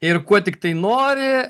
ir kuo tiktai nori